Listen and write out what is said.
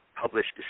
published